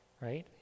right